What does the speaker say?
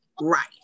right